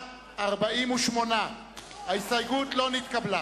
48. ההסתייגות לא נתקבלה.